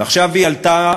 עכשיו היא עלתה,